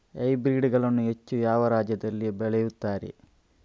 Hybrid ಗಳನ್ನು ಹೆಚ್ಚು ಯಾವ ರಾಜ್ಯದಲ್ಲಿ ಬೆಳೆಯುತ್ತಾರೆ?